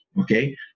okay